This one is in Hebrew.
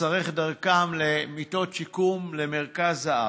לשרך דרכם למיטות שיקום במרכז הארץ.